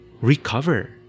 recover